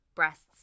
breasts